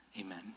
Amen